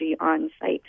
on-site